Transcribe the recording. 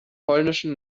polnischen